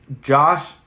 Josh